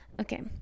okay